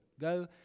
go